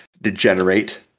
degenerate